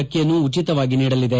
ಅಕ್ಕಿ ಯನ್ನು ಉಚಿತವಾಗಿ ನೀಡಲಿದೆ